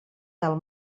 del